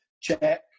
check